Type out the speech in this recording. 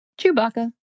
Chewbacca